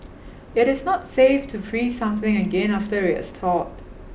it is not safe to freeze something again after it has thawed